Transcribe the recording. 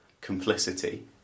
complicity